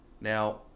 Now